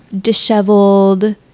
disheveled